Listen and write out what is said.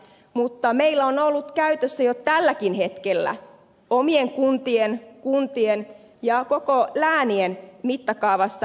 mutta meillä on ollut käytössä jo tälläkin hetkellä kuntien ja koko läänien mittakaavassa ryhmäkokotiedot